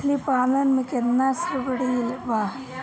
मछली पालन मे केतना सबसिडी बा?